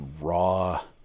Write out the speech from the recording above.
raw